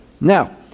Now